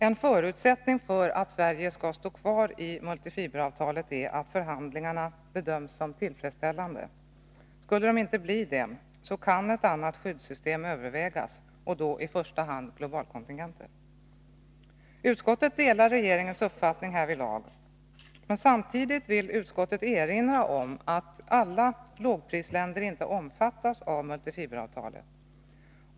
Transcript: En förutsättning för att Sverige skall stå kvar i multifiberavtalet är att förhandlingarna bedöms som tillfredsställande. Skulle de inte bli det, kan annat skyddssystem övervägas, och då i första hand globalkontingenter. Utskottet delar regeringens uppfattning härvidlag. Samtidigt vill utskottet erinra om att alla lågprisländer inte omfattas av multifiberavtalet.